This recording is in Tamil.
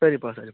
சரிப்பா சரிப்பா